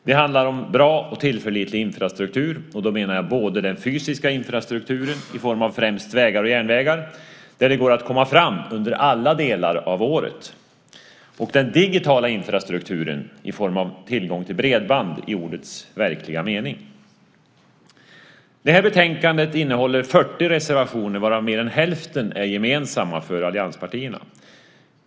Det handlar om bra och tillförlitlig infrastruktur, och då menar jag både den fysiska infrastrukturen i form av främst vägar och järnvägar där det går att komma fram under alla delar av året och den digitala infrastrukturen i form av tillgång till bredband i ordets verkliga mening. Det här betänkandet innehåller 40 reservationer, varav mer än hälften är gemensamma för allianspartierna.